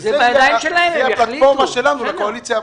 שזה יהיה הפלטפורמה שלנו לקואליציה הבאה.